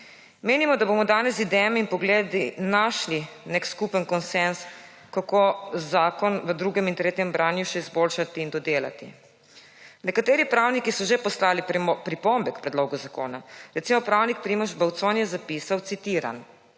Menimo, da bomo danes z idejami in pogledi našli nek skupen konsenz, kako zakon v drugem in tretjem branju še izboljšati in dodelati. Nekateri pravniki so že poslali pripombe k predlogu zakona. Recimo pravnik Primož Bavcon je zapisal, citiram: